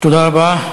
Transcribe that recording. תודה רבה.